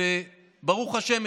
וברוך השם,